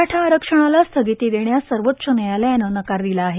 मराठा आरक्षणाला स्थगिती देण्यास सर्वोच्च न्यायालयानं नकार दिला आहे